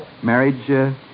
Marriage